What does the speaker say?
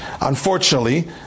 unfortunately